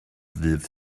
ddydd